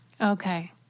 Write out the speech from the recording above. Okay